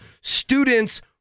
students